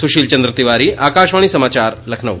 सुशील चंद्र तिवारी आकाशवाणी समाचार लखनऊ